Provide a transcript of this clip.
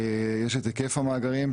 יש את היקף המאגרים,